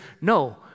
no